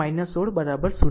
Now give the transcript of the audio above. આમ 16 0